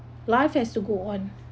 life has to go on